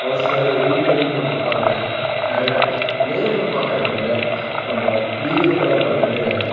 ஒரு சிலர் எடிட் பண்ணி போட்டிருப்பாங்க அதனால நேரில் பார்க்கறது வேறு நம்ம வீடியோக்களாக பார்க்கறது வேறு